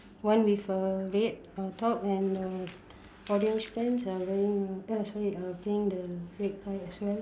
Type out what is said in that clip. one with a red uh top and uh orange pants uh wearing a uh sorry playing the red kite as well